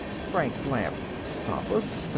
franks laughed. stop us?